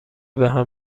بهم